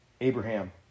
Abraham